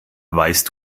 weißt